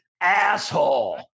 asshole